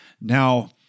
Now